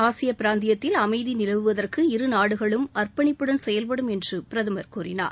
ஆசிய பிராந்தியத்தில் அமைதி நிலவுவதற்கு இரு நாடுகளும் அர்ப்பணிப்புடன் செயல்படும் என்று பிரதமர் கூறினார்